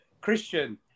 Christian